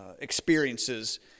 experiences